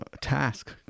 Task